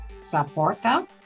saporta